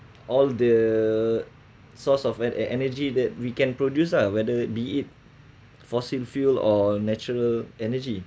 all the source of en~ energy that we can produce ah whether be it fossil fuel or natural energy